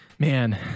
Man